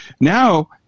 now –